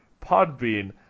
Podbean